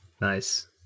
Nice